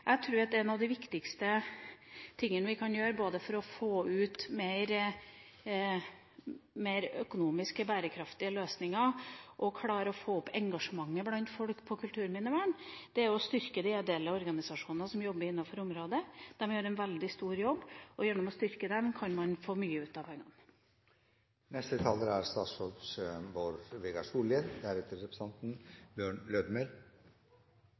Jeg tror at en av de viktigste tingene vi kan gjøre for å få mer økonomisk bærekraftige løsninger, og klare å få opp engasjementet blant folk på kulturminnevern, er å styrke de ideelle organisasjonene som jobber innenfor området. De gjør en veldig stor jobb, og gjennom å styrke dem kan man få mye ut av pengene. Representanten